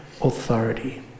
authority